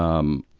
um,